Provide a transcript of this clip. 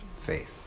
faith